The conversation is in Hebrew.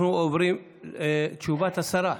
אנחנו עוברים לתשובת השרה.